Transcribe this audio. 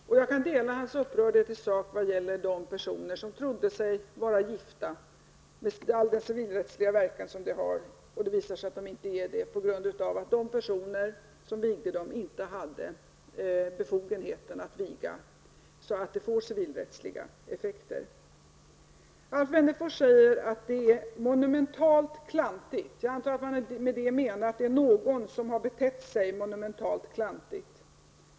Herr talman! Alf Wennerfors är mycket upprörd och jag kan dela hans upprördhet i sak, vad gäller de personer som trodde sig vara gifta, med all den civilrättsliga verkan som det har, och det visar sig att de inte är det, på grund av att de personer som vigde dem inte hade befogenheten att viga så att det får civilrättsliga effekter. Alf Wennerfors säger att det är ''monumentalt klantigt''. Jag antar att han med det menar att någon har betett sig monumentalt klantigt.